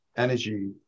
energy